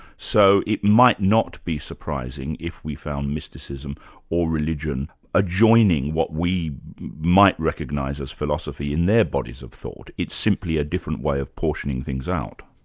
so it might not be surprising if we found mysticism or religion adjoining what we might recognise as philosophy in their bodies of thought it's simply a different way of portioning things out.